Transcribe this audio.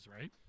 right